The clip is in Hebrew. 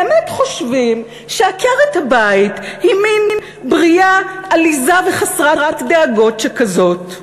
באמת חושבים שעקרת-הבית היא מין ברייה עליזה וחסרת דאגות שכזאת.